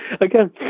Again